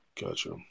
Gotcha